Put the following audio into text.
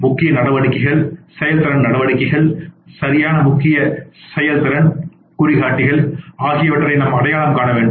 முக்கியநடவடிக்கைகள் செயல்திறன் நடவடிக்கைகள் சரியானமுக்கிய செயல்திறன் குறிகாட்டிகள் ஆகியவற்றை நாம் அடையாளம் காண வேண்டும்